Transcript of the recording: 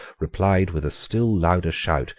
replied with a still louder shout,